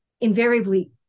invariably